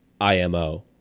IMO